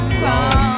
wrong